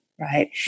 Right